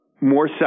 more